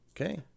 Okay